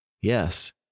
Yes